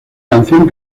canción